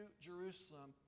Jerusalem